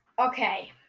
Okay